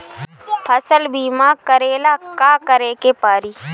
फसल बिमा करेला का करेके पारी?